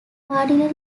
cardinal